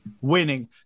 winning